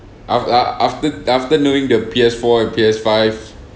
af~ uh after after knowing the P_S four and P_S five